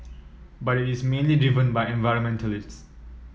but is mainly driven by environmentalists